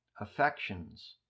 affections